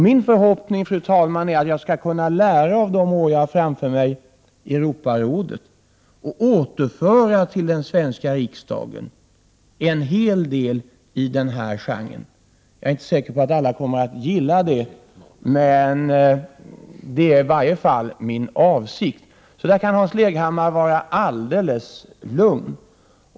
Min förhoppning är att jag skall kunna lära av de år jag har framför mig i Europarådet och återföra till den svenska riksdagen en hel del i den här genren. Jag är inte säker på att alla kommer att gilla det, men det är i varje fall min avsikt. I det avseendet kan alltså Hans Leghammar vara alldeles lugn.